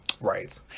right